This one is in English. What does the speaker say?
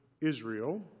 Israel